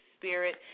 spirit